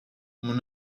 mon